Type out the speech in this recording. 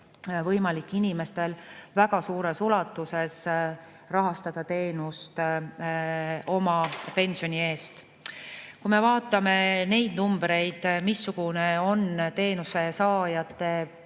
võimalik väga suures ulatuses rahastada teenust oma pensioni eest. Kui me vaatame neid numbreid, missugune on teenuse saajate pension,